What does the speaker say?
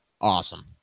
awesome